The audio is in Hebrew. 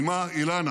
אימה אילנה